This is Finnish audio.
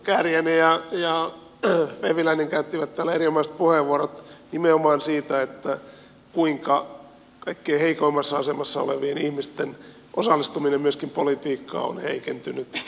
edustajat kääriäinen ja vehviläinen käyttivät täällä erinomaiset puheenvuorot nimenomaan siitä kuinka kaikkein heikoimmassa asemassa olevien ihmisten osallistuminen myöskin politiikkaan on heikentynyt